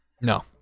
no